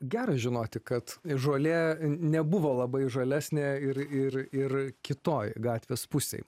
gera žinoti kad žolė nebuvo labai žalesnė ir ir ir kitoj gatvės pusėj